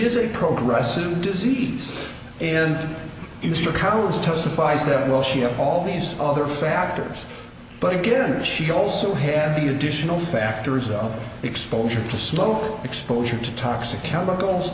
is a progress in disease and it's because testifies that well she had all these other factors but again she also had the additional factors of exposure to smoke exposure to toxic chemicals